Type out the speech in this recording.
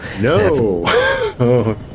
No